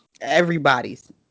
Everybody's